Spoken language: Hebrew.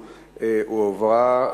(מס' 96) (הצבת תמרור במקום חנייה לנכה),